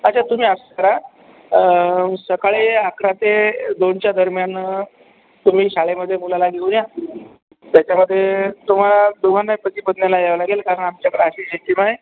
अच्छा तुम्ही असं करा अं सकाळी अकरा ते दोनच्या दरम्यान अ तुम्ही शाळेमधे मुलाला घेऊन या त्याच्यामधे तुम्हाला दोघांना पतीपत्नीना यावं लागेल कारण आमच्याकडं अशी सिस्टम आहे